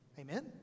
Amen